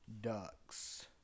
Ducks